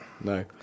No